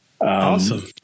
Awesome